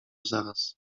zaraz